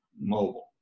mobile